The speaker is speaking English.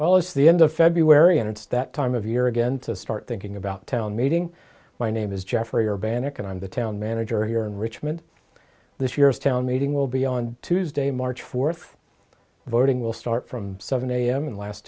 well it's the end of february and it's that time of year again to start thinking about town meeting my name is jeffrey or banach and i'm the town manager here in richmond this year's town meeting will be on tuesday march fourth voting will start from seven am and last